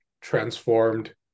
transformed